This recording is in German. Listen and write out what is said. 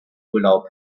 urlaub